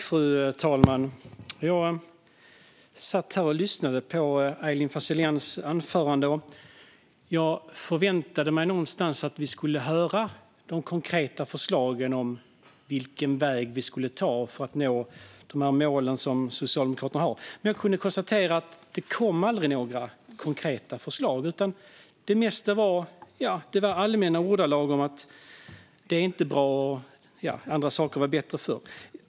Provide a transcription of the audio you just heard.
Fru talman! När jag satt här och lyssnade på Aylin Fazelians anförande förväntade jag mig att vi någonstans skulle få höra de konkreta förslagen om vilken väg vi ska ta för att nå de mål som Socialdemokraterna har. Jag kunde dock konstatera att det aldrig kom några konkreta förslag. Det mesta var allmänna ordalag om sådant som inte var bra och att andra saker var bättre förr.